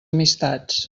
amistats